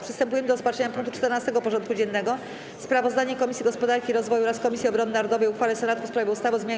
Przystępujemy do rozpatrzenia punktu 14. porządku dziennego: Sprawozdanie Komisji Gospodarki i Rozwoju oraz Komisji Obrony Narodowej o uchwale Senatu w sprawie ustawy o zmianie